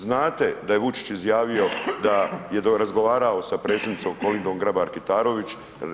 Znate da je Vučić izjavio da je razgovarao sa predsjednicom Kolindom Grabar-Kitarović.